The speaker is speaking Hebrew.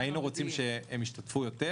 -- הוא נמוך, והיינו רוצים שהם ישתתפו יותר.